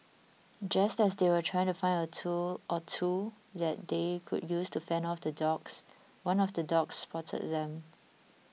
just as they were trying to find a tool or two that they could use to fend off the dogs one of the dogs spotted them